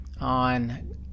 on